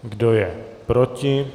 Kdo je proti?